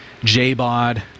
JBOD